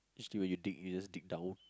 cause when you dig you just dig down